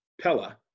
Pella